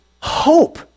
hope